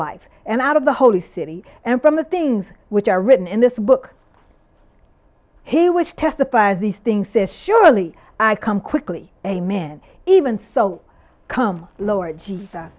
life and out of the holy city and from the things which are written in this book he was testifies these things this surely i come quickly amen even so come lord jesus